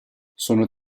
sono